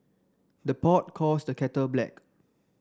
the pot calls the kettle black